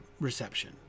reception